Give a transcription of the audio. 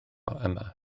yma